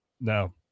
no